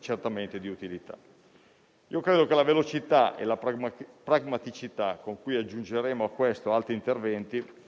certamente utile. Credo che la velocità e la pragmaticità con cui aggiungeremo a questo altri interventi,